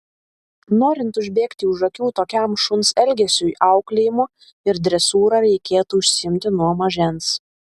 norint užbėgti už akių tokiam šuns elgesiui auklėjimu ir dresūra reikėtų užsiimti nuo mažens